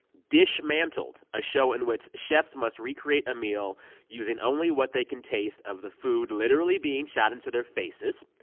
dishmantled, a show in which chefs must recreate a meal using only what they can taste of the food literally being shot into their faces